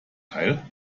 teil